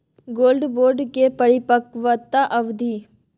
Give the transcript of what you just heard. Gold bond के परिपक्वता अवधि?